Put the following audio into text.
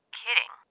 kidding